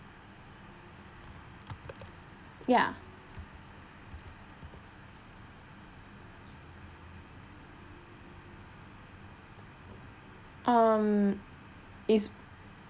ya um it's